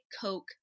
Coke